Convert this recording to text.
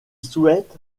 souhaite